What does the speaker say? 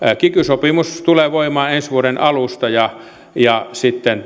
kiky sopimus tulee voimaan ensi vuoden alusta ja ja sitten